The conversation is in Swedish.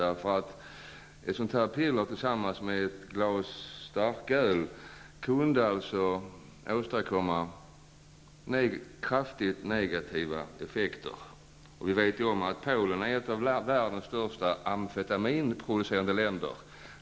Ett sådant piller tillsammans med ett glas starköl kan åstadkomma kraftigt negativa effekter. Vi vet om att Polen är en av världens största amfetaminproducenter.